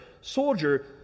soldier